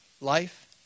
life